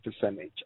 percentage